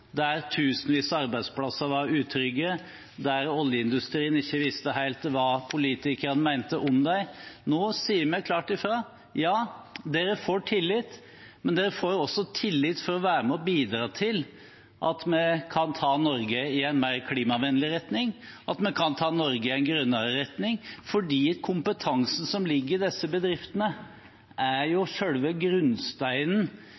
der tusenvis av arbeidsplasser var utrygge, og der oljeindustrien ikke visste helt hva politikerne mente om dem. Nå sier vi klart ifra: Ja, de får tillit, men de får også tillit for å være med og bidra til at vi kan ta Norge i en mer klimavennlig og grønnere retning, fordi kompetansen som ligger i disse bedriftene, er